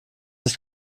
sich